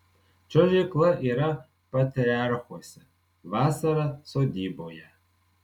čiuožykla yra patriarchuose vasara sodyboje